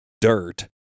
dirt